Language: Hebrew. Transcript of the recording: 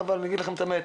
אני אגיד לכם את האמת,